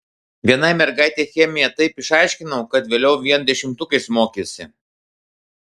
vienai mergaitei chemiją taip išaiškinau kad vėliau vien dešimtukais mokėsi